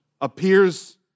appears